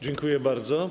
Dziękuję bardzo.